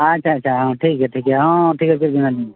ᱟᱪᱪᱷᱟ ᱟᱪᱪᱷᱟ ᱦᱮᱸ ᱴᱷᱤᱠ ᱜᱮᱭᱟ ᱴᱷᱤᱠ ᱜᱮᱭᱟ ᱦᱮᱸ ᱴᱷᱤᱠ ᱟᱪᱷᱮ ᱫᱷᱤᱱᱟᱹᱝ